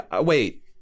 wait